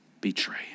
betray